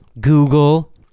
Google